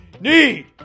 need